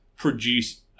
produce